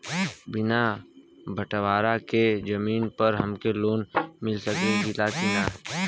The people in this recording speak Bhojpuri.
बिना बटवारा के जमीन पर हमके लोन मिल सकेला की ना?